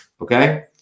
okay